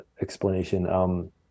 explanation